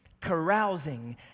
carousing